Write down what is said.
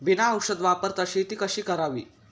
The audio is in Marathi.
बिना औषध वापरता शेती कशी करावी?